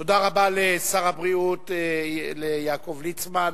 תודה רבה לשר הבריאות, ליעקב ליצמן.